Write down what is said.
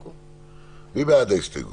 מי בעד ההסתייגות?